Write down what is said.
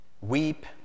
Weep